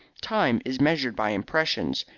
time is measured by impressions,